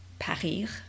parir